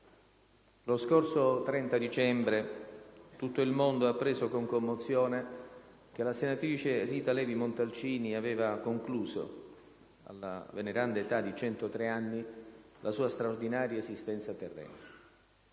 lo scorso 30 dicembre tutto il mondo ha appreso con commozione che la senatrice Rita Levi-Montalcini aveva concluso, alla veneranda età di 103 anni, la sua straordinaria esistenza terrena.